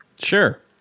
Sure